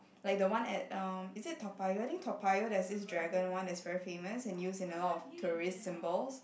like the one at uh is it Toa-Payoh I think Toa-Payoh there's this dragon one that's very famous and used in a lot of tourist symbols